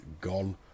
gone